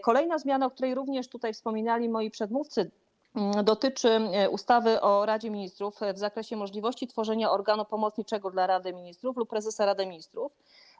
Kolejna zmiana, o której także wspominali moi przedmówcy, dotyczy ustawy o Radzie Ministrów w zakresie możliwości tworzenia organu pomocniczego dla Rady Ministrów lub prezesa Rady Ministrów.